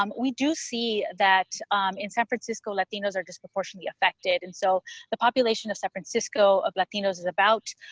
um we do see that in san francisco, latinos are disproportionately affected. and so the population of san francisco of latinos is about